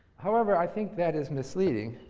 however, i think that is misleading.